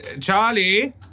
Charlie